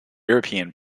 european